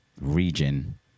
region